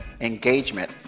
engagement